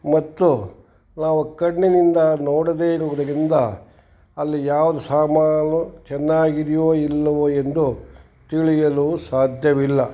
ಮತ್ತು ನಾವು ಕಣ್ಣಿನಿಂದ ನೋಡದೇ ಇರುವುದರಿಂದ ಅಲ್ಲಿ ಯಾವುದು ಸಾಮಾನು ಚೆನ್ನಾಗಿದ್ಯೋ ಇಲ್ಲವೋ ಎಂದು ತಿಳಿಯಲು ಸಾಧ್ಯವಿಲ್ಲ